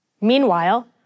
Meanwhile